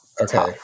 okay